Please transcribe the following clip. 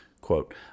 Quote